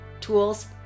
tools